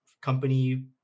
company